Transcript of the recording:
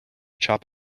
chop